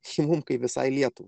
šeimininkai visai lietuvai